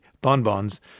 bonbons